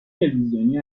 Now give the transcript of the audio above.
تلویزیونی